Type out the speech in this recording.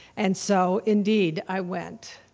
and so, indeed, i went